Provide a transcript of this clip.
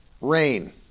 rain